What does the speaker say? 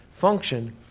function